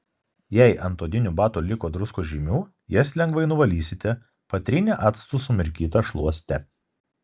jei ant odinių batų liko druskos žymių jas lengvai nuvalysite patrynę actu sumirkyta šluoste